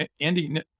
Andy